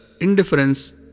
indifference